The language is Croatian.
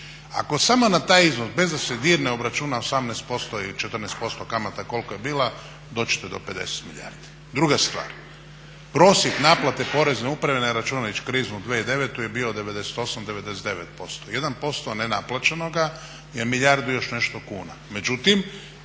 Ako samo na taj iznos bez da se dirne, obračuna 18% ili 14% kamata koliko je bila, doći ćete do 50 milijardi. Druga stvar, prosjek naplate porezne uprave ne računajući kriznu 2009. je bio 98, 99%, 1% nenaplaćenog je milijardu i još nešto kuna.